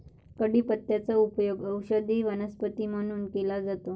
कढीपत्त्याचा उपयोग औषधी वनस्पती म्हणून केला जातो